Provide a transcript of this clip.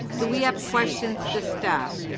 do we have questions to staff?